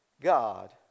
God